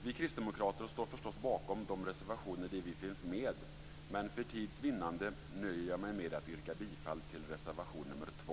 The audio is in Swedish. Vi kristdemokrater står förstås bakom de reservationer där vi finns med, men för tids vinnande nöjer jag mig med att yrka bifall till reservation nr 2.